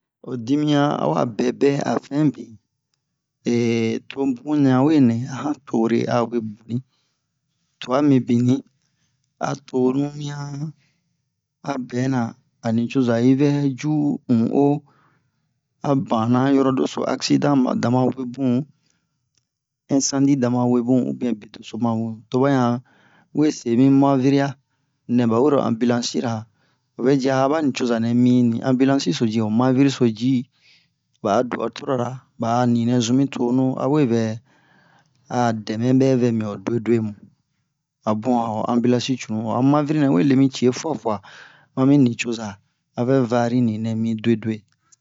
ho dimiyan a wa bɛbɛ a fɛn bin to bun ɲan we nɛ a han tore a we boni twa mibinni a tonu wiɲan a benɛ a nucoza yi vɛ co u'o a banna yɔrɔ doso aksidan a dama wee bun ɛnsandi dama wee bun ubiyɛn be doso ma wee to ɓa ɲan we se mi mɔviri-ya nɛ ɓawero anbilansi a vɛ ji aba nucoza nɛ mi ni anbilansi-so ji ho mɔviri-so ji ɓa a dɔ 'otorora ɓa a ninɛ zun mi tonu a we vɛ a dɛmɛ ɓɛ vɛ mi ho dwe-dwe mu a bun a han anbilansi cunu ho a mɔviri nɛ wee lemi cihe fuwa fuwa mami nucoza a vɛ vari ninɛ mi dwe-dwe